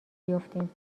بیفتیم